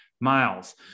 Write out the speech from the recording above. miles